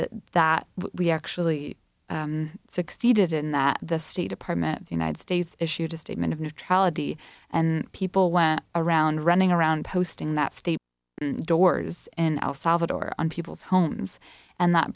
and that we actually succeeded in that the state department the united states issued a statement of neutrality and people went around running around posting that state doors in el salvador on people's homes and